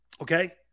okay